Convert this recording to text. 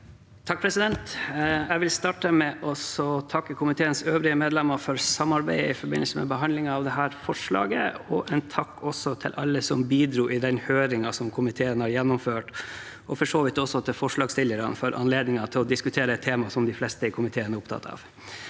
sa- ken): Jeg vil starte med å takke komiteens øvrige medlemmer for samarbeidet i forbindelse med behandlingen av dette forslaget. Jeg vil også rette en takk til alle som bidro i høringen komiteen har gjennomført, og for så vidt forslagsstillerne for anledningen til å diskutere et tema de fleste i komiteen er opptatt av.